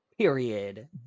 Period